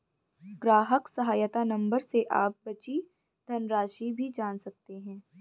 ग्राहक सहायता नंबर से आप बची धनराशि भी जान सकते हैं